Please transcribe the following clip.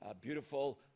beautiful